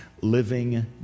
Living